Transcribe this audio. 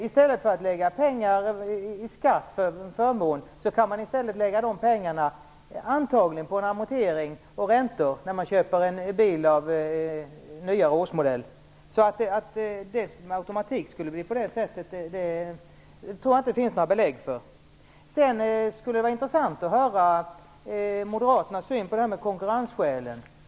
I stället för att betala pengar i form av skatt för förmån, kan man i stället lägga pengarna på amortering och räntor när man köper en bil av nyare årsmodell. Att det med automatik skulle leda till att man köper äldre bilar tror jag inte att det finns några belägg för. Sedan skulle det vara intressant att höra moderaternas syn på frågan om konkurrensskälen.